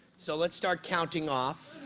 so let's start counting off.